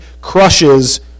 crushes